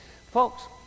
Folks